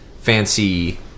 fancy